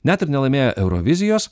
net ir nelaimėję eurovizijos